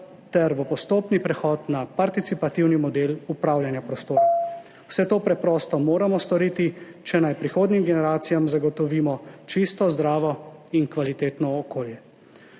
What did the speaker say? ter v postopni prehod na participativni model upravljanja prostora. Vse to preprosto moramo storiti, če naj prihodnjim generacijam zagotovimo čisto, zdravo in kvalitetno okolje.